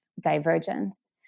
divergence